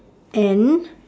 and